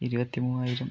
ഇരുപത്തി മൂവായിരം